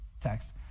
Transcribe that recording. text